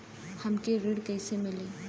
हमके ऋण कईसे मिली?